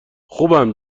خوبم